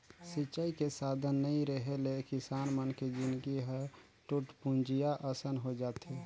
सिंचई के साधन नइ रेहे ले किसान मन के जिनगी ह टूटपुंजिहा असन होए जाथे